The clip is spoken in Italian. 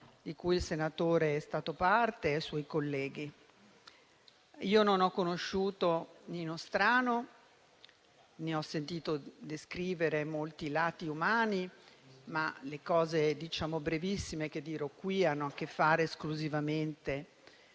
di cui è stato parte e ai suoi colleghi. Io non ho conosciuto Nino Strano, ne ho sentito descrivere molti lati umani, ma le considerazioni brevissime che farò qui hanno a che fare esclusivamente